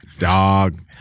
Dog